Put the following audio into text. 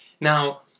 Now